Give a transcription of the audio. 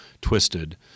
twisted